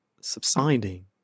subsiding